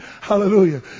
Hallelujah